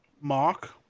Mark